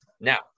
Now